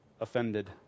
offended